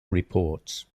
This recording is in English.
reports